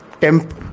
temp